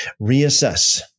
reassess